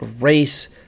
race